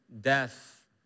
death